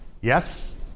Yes